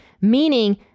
meaning